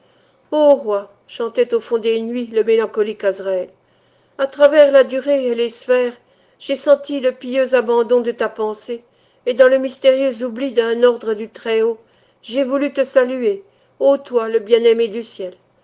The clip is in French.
ô roi chantait au fond des nuits le mélancolique azraël à travers la durée et les sphères j'ai senti le pieux abandon de ta pensée et dans le mystérieux oubli d'un ordre du très-haut j'ai voulu te saluer ô toi le bien-aimé du ciel